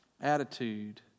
attitude